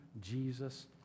Jesus